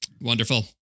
wonderful